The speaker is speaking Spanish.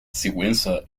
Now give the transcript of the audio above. sigüenza